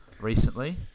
recently